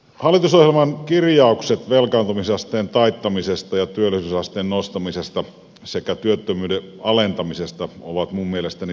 hallitusohjelman kirjaukset velkaantumisasteen taittamisesta ja työllisyysasteen nostamisesta sekä työttömyyden alentamisesta ovat minun mielestäni samanarvoisia